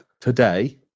Today